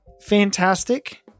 Fantastic